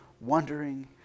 wondering